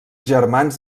germans